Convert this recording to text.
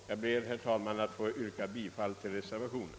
Jag ber, herr talman, att få yrka bifall till reservationen.